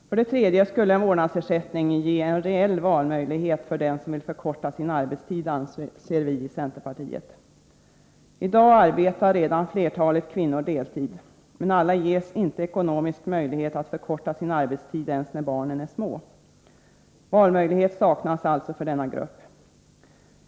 För det tredje skulle en vårdnadsersättning ge en reell valmöjlighet för den som vill förkorta sin arbetstid, anser vi i centerpartiet. I dag arbetar redan flertalet kvinnor deltid, men alla ges inte ekonomisk möjlighet att förkorta sin arbetstid ens när barnen är små. Valmöjlighet saknas alltså för denna grupp.